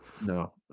No